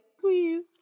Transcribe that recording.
please